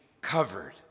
covered